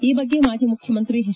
ಈ ಬಗ್ಗೆ ಮಾಜಿ ಮುಖ್ಯಮಂತ್ರಿ ಎಚ್